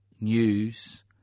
news